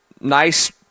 nice